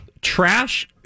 trash